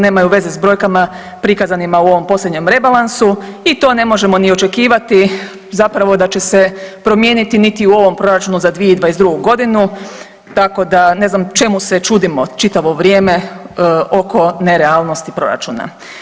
Nemaju veze sa brojkama prikazanima u ovom posljednjem rebalansu i to ne možemo očekivati zapravo da će se promijeniti niti u ovom proračunu za 2022. godinu, tako da ne znam čemu se čudimo čitavo vrijeme oko nerealnosti proračuna.